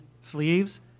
sleeves